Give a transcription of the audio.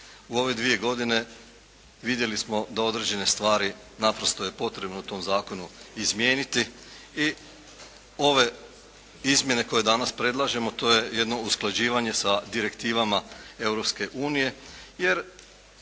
U ove dvije godine vidjeli smo da određene stvari naprosto je potrebno u tom zakonu izmijeniti i ove izmjene koje danas predlažemo to je jedno usklađivanje sa direktivama